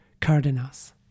Cardenas